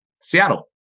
Seattle